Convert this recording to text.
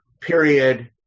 period